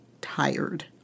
tired